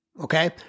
Okay